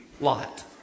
Lot